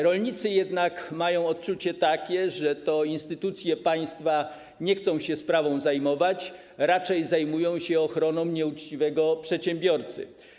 Rolnicy jednak mają takie odczucie, że instytucje państwa nie chcą się sprawą zajmować, raczej zajmują się ochroną nieuczciwego przedsiębiorcy.